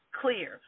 clear